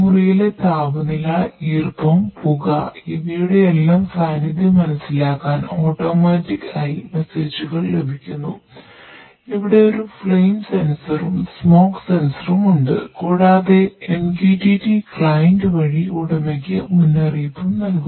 മുറിയിലെ താപനില ഈർപ്പം പുക ഇവയുടെയെല്ലാം സാന്നിധ്യം മനസിലാക്കാൻ ഓട്ടോമാറ്റിക് വഴി ഉടമയ്ക്ക് മുന്നറിയിപ്പും നൽകുന്നു